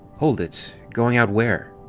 hold it! going out where?